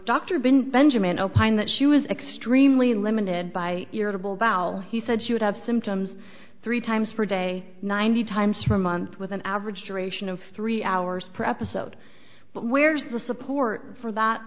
dr been benjamin opined that she was extremely limited by irritable bowel he said she would have symptoms three times per day ninety times for a month with an average duration of three hours per episode but where's the support for that